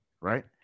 Right